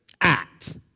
Act